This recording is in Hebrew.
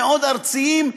המאוד-ארציים,